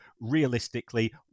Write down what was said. realistically